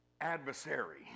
adversary